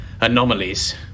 anomalies